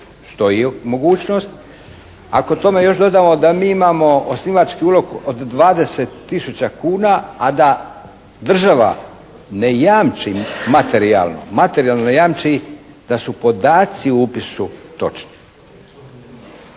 stoji mogućnost. Ako tome još dodamo da mi imamo osnivački ulog od 20 tisuća kuna, a da država ne jamči materijalno, materijalno ne jamči da su podaci o upisu točni.